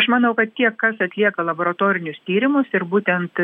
aš manau kad tie kas atlieka laboratorinius tyrimus ir būtent